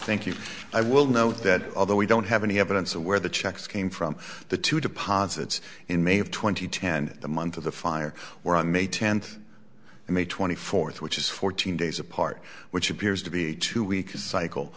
thank you i will note that although we don't have any evidence of where the checks came from the two deposits in may of twenty ten and the month of the fire were on may tenth and may twenty fourth which is fourteen days apart which appears to be a two week cycle